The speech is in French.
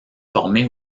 formé